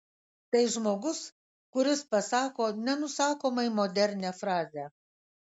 tai žmogus kuris pasako nenusakomai modernią frazę